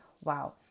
wow